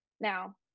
Now